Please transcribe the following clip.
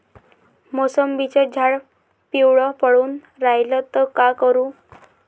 मोसंबीचं झाड पिवळं पडून रायलं त का करू?